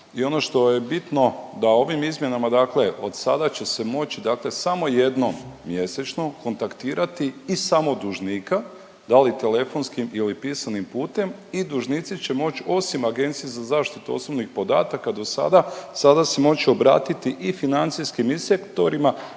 i ono što je bitno da ovim izmjenama dakle od sada će se moći dakle samo jednom mjesečno kontaktirati i samo dužnika, da li telefonskim ili pisanim putem i dužnici će moć osim agenciji za zaštitu osobnih podataka do sada, sada se moći obratiti i financijskim inspektorima